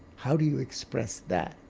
how do you express that?